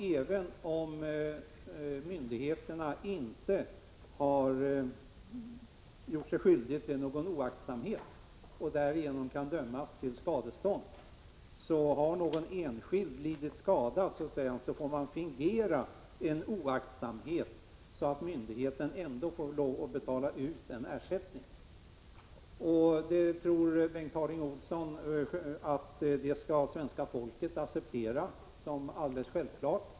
Även om myndigheterna inte har gjort sig skyldiga till någon oaktsamhet för vilken de kan dömas till skadestånd, får man, säger han, om någon enskild har lidit skada, fingera en oaktsamhet, så att myndigheterna ändå får lov att betala ut en ersättning. Det tror Bengt Harding Olson att det svenska folket skall acceptera som alldeles självklart.